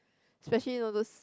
especially all those